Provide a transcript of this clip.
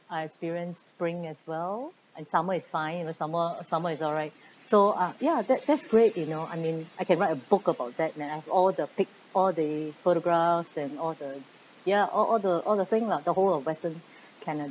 I experience spring as well and summer is fine the summer summer is all right so uh ya that that's great you know I mean I can write a book about that and I have all the pic all the photographs and all the ya all all the all the thing lah the whole of western canada